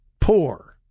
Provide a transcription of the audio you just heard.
poor